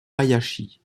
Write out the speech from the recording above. hayashi